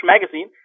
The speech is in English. magazine